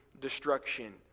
destruction